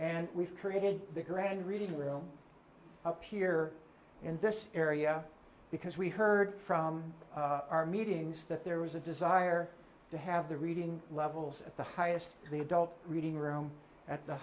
and we've created the grand reading room up here in this area because we heard from our meetings that there was a desire to have the reading levels at the highest the adult reading room at the